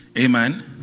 Amen